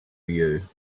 you